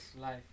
life